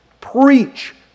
preach